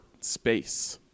space